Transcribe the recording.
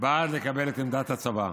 בעד לקבל את עמדת הצבא.